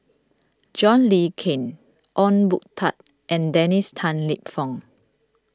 John Le Cain Ong Boon Tat and Dennis Tan Lip Fong